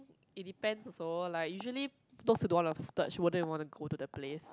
it depends also like usually those who don't wanna splurge wouldn't even wanna go to the place